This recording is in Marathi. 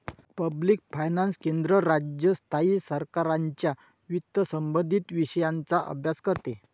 पब्लिक फायनान्स केंद्र, राज्य, स्थायी सरकारांच्या वित्तसंबंधित विषयांचा अभ्यास करते